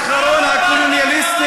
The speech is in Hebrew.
יא אחרון הקולוניאליסטים,